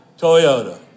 Toyota